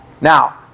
Now